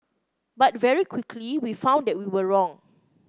but very quickly we found that we were wrong